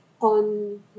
on